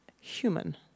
human